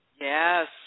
Yes